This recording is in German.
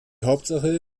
hauptsache